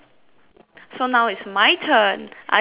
so now it's my turn I got three more